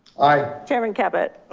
aye. chairman captu. aye.